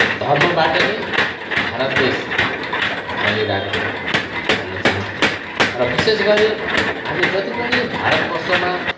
धर्मबाट नै भारत देश चलिरहेको छ भन्न चाहन्छु र विशेष गरी हामी जति पनि भारतवर्षमा